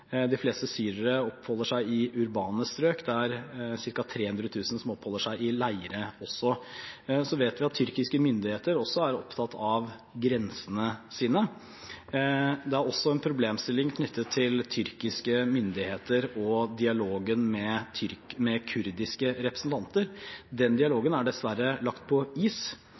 de fleste syrere oppholder seg i urbane strøk, og det er ca. 300 000 som oppholder seg i leirer også. Så vet vi at tyrkiske myndigheter også er opptatt av grensene sine. Det er også en problemstilling knyttet til tyrkiske myndigheter og dialogen med kurdiske representanter. Den dialogen er dessverre lagt på is.